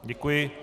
Děkuji.